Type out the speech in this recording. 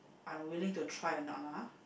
I'm willing to try or not lah ah